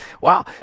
wow